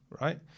right